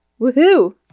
Woohoo